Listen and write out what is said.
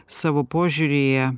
savo požiūryje